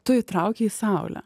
tu įtraukei saulę